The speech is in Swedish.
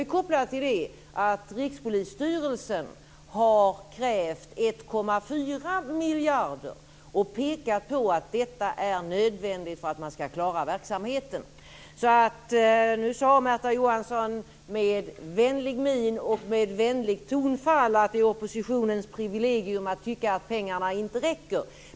Vi ska till detta koppla att Rikspolisstyrelsen har krävt 1,4 miljarder och pekat på att det är nödvändigt för att man ska klara verksamheten. Nu sade Märta Johansson med vänlig min och med vänligt tonfall att det är oppositionens privilegium att tycka att pengarna inte räcker.